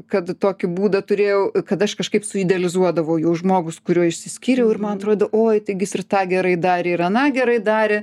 kad tokį būdą turėjau kad aš kažkaip suidealizuodavau jau žmogų su kuriuo išsiskyriau ir man atrodo oi taigi jis ir tą gerai darė ir aną gerai darė